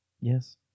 Yes